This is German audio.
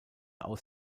aus